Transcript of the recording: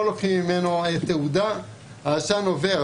לא לוקחים ממנו תעודה והוא עובר.